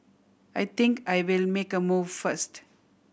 I think I'll make a move first